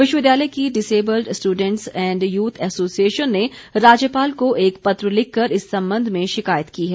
विश्वविद्यालय की disabled students and youth association ने राज्यपाल को एक पत्र लिखकर इस संबंध में शिकायत की है